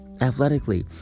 athletically